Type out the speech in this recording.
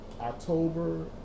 October